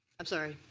i'm sorry.